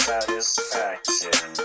Satisfaction